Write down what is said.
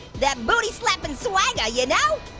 that booty-slapping swagger, you know?